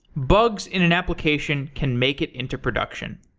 bugs in an application can make it into production.